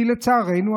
כי לצערנו,